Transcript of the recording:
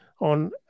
on